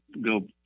go